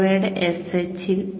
sch ൽ നിന്ന് ആണ്